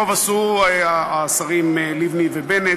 טוב עשו השרים לבני ובנט,